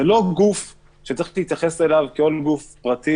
זה לא גוף שצריך להתייחס אליו כעוד גוף פרטי